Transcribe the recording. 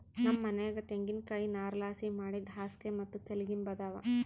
ನಮ್ ಮನ್ಯಾಗ ತೆಂಗಿನಕಾಯಿ ನಾರ್ಲಾಸಿ ಮಾಡಿದ್ ಹಾಸ್ಗೆ ಮತ್ತೆ ತಲಿಗಿಂಬು ಅದಾವ